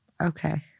okay